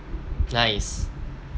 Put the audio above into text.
nice